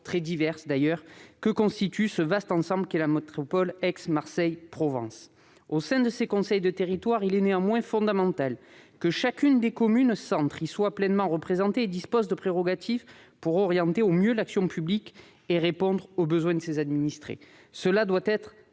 très divers qui constituent ce vaste ensemble qu'est la métropole d'Aix-Marseille-Provence. Au sein de ces conseils de territoires, il est néanmoins fondamental que chacune des communes-centres soit pleinement représentée et dispose de prérogatives pour orienter au mieux l'action publique et répondre aux besoins de ses administrés. Cela doit être